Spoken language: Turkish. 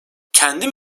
kendim